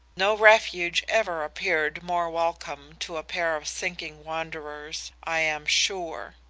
no refuge ever appeared more welcome to a pair of sinking wanderers i am sure.